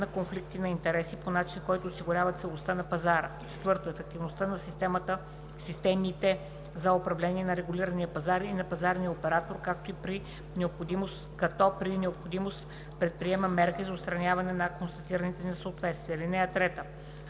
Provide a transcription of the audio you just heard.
на конфликти на интереси по начин, който осигурява целостта на пазара; 4. ефективността на системите за управление на регулирания пазар и на пазарния оператор, като при необходимост предприема мерки за отстраняване на констатираните несъответствия. (3) За